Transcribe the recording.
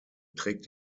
trägt